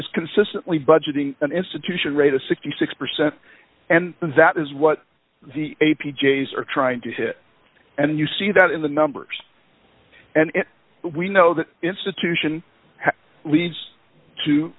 is consistently budgeting an institution rate of sixty six percent and that is what the a p j's are trying to hit and you see that in the numbers and we know that institution leads to